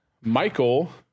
Michael